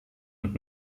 und